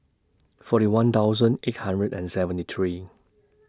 forty one thousand eight hundred and seventy three